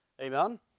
Amen